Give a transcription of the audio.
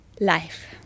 Life